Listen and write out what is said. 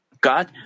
God